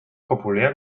populär